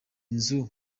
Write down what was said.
nzu